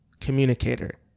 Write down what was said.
communicator